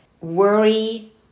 worry